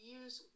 use